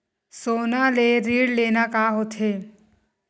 सोना ले ऋण लेना का होथे?